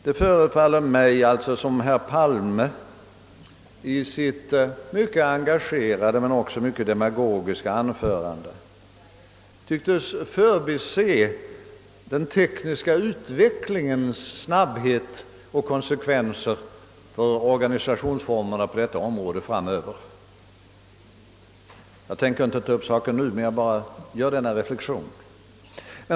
Det förefaller mig som om herr Palme i sitt mycket engagerade, men också mycket demagogiska anförande, tycktes förbise den tekniska utvecklingens snabbhet och konsekvenser för organisationsformerna på detta område. Jag tänker inte ta upp saken nu utan gör bara denna reflexion.